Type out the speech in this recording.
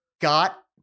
got